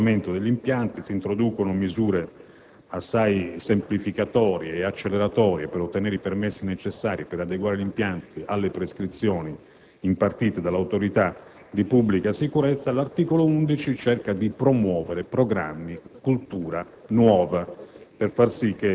l'adeguamento degli impianti. Si introducono misure assai semplificatorie e acceleratorie per ottenere i permessi necessari per adeguare gli impianti alle prescrizioni impartite dall'autorità di pubblica sicurezza. L'articolo 11 mira a promuovere programmi e cultura nuovi